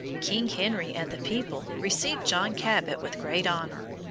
king henry and the people received john cabot with great honor.